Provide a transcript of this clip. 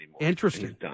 Interesting